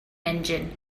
engine